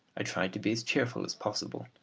i tried to be as cheerful as possible,